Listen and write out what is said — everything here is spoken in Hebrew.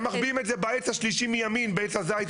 הם מחביאים את זה בעץ השלישי מימין, בעץ הזית.